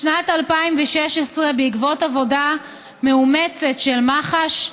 בשנת 2016, בעקבות עבודה מאומצת של מח"ש,